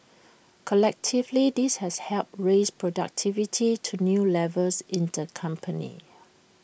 collectively this has helped raise productivity to new levels in the company